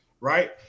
right